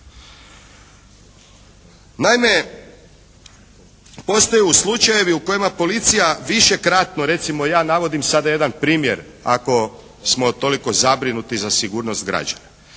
Naime, postoje slučajevi u kojima policija višekratno, recimo evo ja sada navodim jedan primjer ako smo toliko zabrinuti za sigurnost građana.